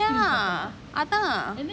ya அதான்:athaan